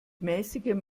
mäßigem